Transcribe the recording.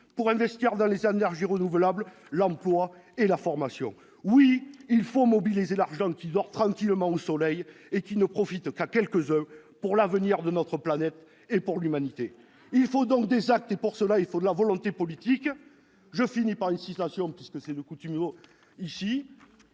pour investir dans les énergies renouvelables, l'emploi et la formation ? Oui, il faut mobiliser l'argent qui dort tranquillement au soleil et ne profite qu'à quelques-uns, pour l'avenir de notre planète et pour l'Humanité ! Il faut donc des actes et, pour cela, il faut de la volonté politique. Je finis, comme c'est la coutume ici,